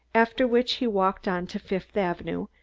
after which he walked on to fifth avenue,